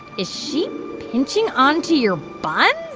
is she pinching onto your buns?